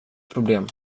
problem